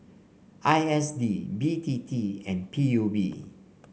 I S D B T T and P U B